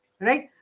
right